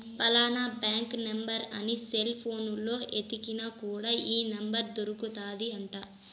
ఫలానా bank number అని cell పోనులో ఎతికిన కూడా ఈ నెంబర్ దొరుకుతాది అంట